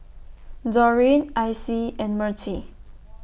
Doreen Icie and Mertie